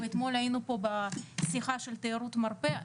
ואתמול היינו פה בשיחה של תיירות מרפא.